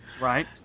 Right